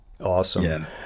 Awesome